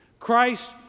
Christ